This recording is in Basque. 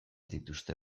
dituzte